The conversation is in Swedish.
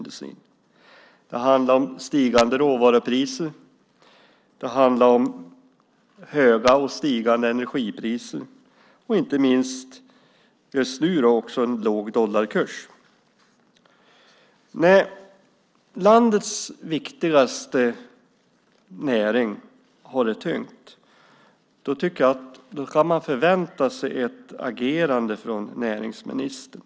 Det handlar om stigande råvarupriser, det handlar om höga och stigande energipriser och inte minst just nu också om en låg dollarkurs. När landets tyngsta näring har det tungt tycker jag att man kan förvänta sig ett agerande från näringsministern.